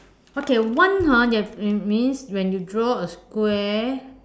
okay one hor you have means means when you draw a square